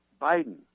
Biden